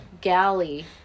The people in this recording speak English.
galley